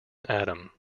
adam